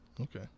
Okay